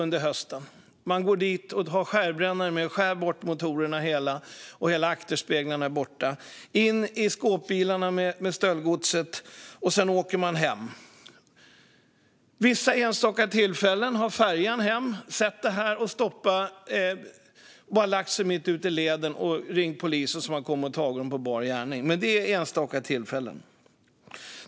Med skärbrännare skär de bort båtmotorerna, och hela akterspeglarna är borta. De lassar in stöldgodset i skåpbilar och åker sedan hem. Vid enstaka tillfällen har de upptäckts på färjan hem. Personal har då stoppat färjan mitt ute i leden och ringt efter polis som kommit och gripit tjuvarna. Det är dock sällsynt.